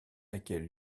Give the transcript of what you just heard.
laquelle